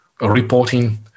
reporting